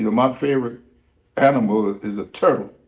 you know my favorite animal is is a turtle,